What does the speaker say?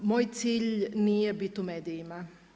Moj cilj nije bit u medijima.